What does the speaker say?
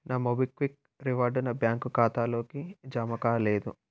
నా మొబిక్విక్ రివార్డు నా బ్యాంకు ఖాతాలోకి జమకాలేదు